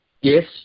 Yes